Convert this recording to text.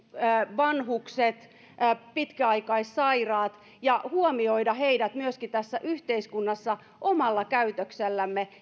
vanhukset pitkäaikaissairaat ja huomioida heidät tässä yhteiskunnassa myöskin omalla käytöksellämme